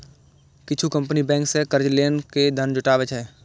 किछु company bank सं कर्ज लए के धन जुटाबै छै